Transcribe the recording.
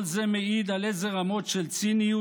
כל זה מעיד על איזה רמות של ציניות,